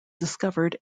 discovered